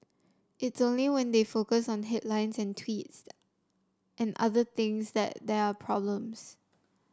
it's only when they focus on headlines and tweets and other things that there are problems